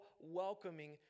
welcoming